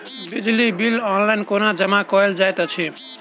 बिजली bill online कोना जमा कएल जाइत अछि?